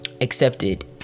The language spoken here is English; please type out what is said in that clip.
accepted